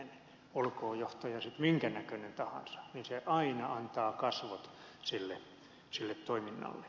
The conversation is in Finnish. olkoon johtaja minkä näköinen tahansa hän aina antaa kasvot sille toiminnalle